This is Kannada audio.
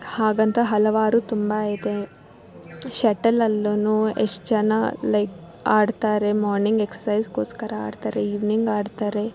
ಹಾಗಂತ ಹಲವಾರು ತುಂಬ ಇದೆ ಶಟಲ್ ಅಲ್ಲುನೂ ಎಷ್ಟು ಜನ ಲೈಕ್ ಆಡ್ತಾರೆ ಮ್ವಾರ್ನಿಂಗ್ ಎಕ್ಸಸೈಜ್ಗೋಸ್ಕರ ಆಡ್ತಾರೆ ಈವ್ನಿಂಗ್ ಆಡ್ತಾರೆ